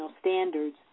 standards